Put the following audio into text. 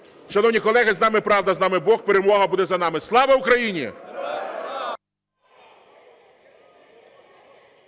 Шановні колеги, з нами правда, з нами бог, перемога буде за нами. Слава Україні!